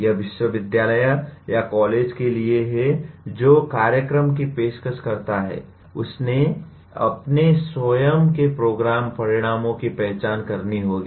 यह विश्वविद्यालय या कॉलेज के लिए है जो कार्यक्रम की पेशकश करता है उसे अपने स्वयं के प्रोग्राम परिणामों की पहचान करनी होगी